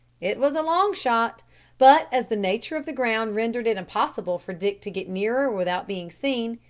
it was a long shot but as the nature of the ground rendered it impossible for dick to get nearer without being seen,